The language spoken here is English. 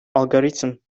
algorithm